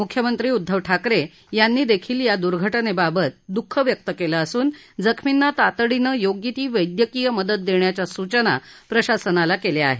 मुख्यमंत्री उद्धव ठाकरे यांनी देखील या दुर्घटनेबाबत दुःख व्यक्त केलं असून जखमींना तातडीनं योग्य ती वैद्यकीय मदत देण्याच्या सूचना प्रशासनाला केल्या आहेत